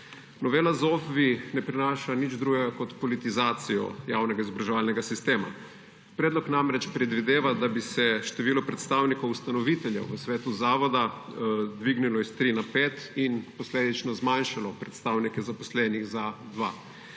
Novela ZOFVI ne prinaša nič drugega kot politizacijo javnega izobraževalnega sistema. Predlog namreč predvideva, da bi se število predstavnikov ustanoviteljev v svetu zavoda dvignilo s 3 na 5 in posledično zmanjšalo predstavnike zaposlenih za 2.